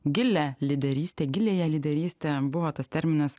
gilią lyderystę giliąją lyderystę buvo tas terminas